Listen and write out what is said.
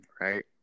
right